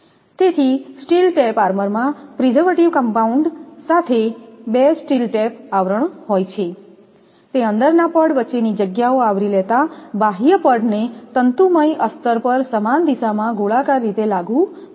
તેથી steel tape armour માં preservative compound સાથે 2 સ્ટીલ ટેપ આવરણ હોય છે તે અંદરના પડ વચ્ચેની જગ્યાઓ આવરી લેતા બાહ્ય પડને તંતુમય અસ્તર પર સમાન દિશામાં ગોળાકાર રીતે લાગુ પડે છે